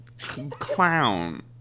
clown